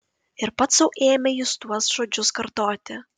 ir pats sau ėmė jis tuos žodžius kartoti